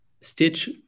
stitch